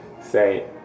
Say